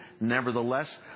nevertheless